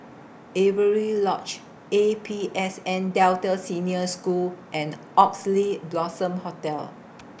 Avery Lodge A P S N Delta Senior School and Oxley Blossom Hotel